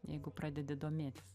jeigu pradedi domėtis